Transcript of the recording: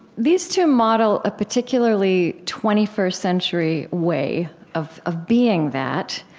these two model a particularly twenty first century way of of being that.